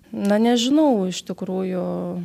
na nežinau iš tikrųjų